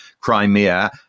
Crimea